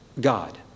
God